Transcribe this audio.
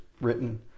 written